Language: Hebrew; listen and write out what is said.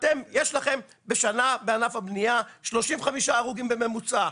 אתם יש לכם בשנה בענף הבנייה 35 הרוגים בממוצע,